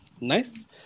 nice